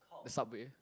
the subway